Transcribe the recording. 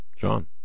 John